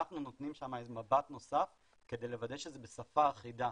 אנחנו נותנים שם מבט נוסף כדי לוודא שזה בשפה אחידה,